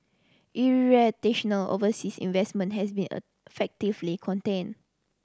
overseas investment has been effectively contained